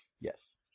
Yes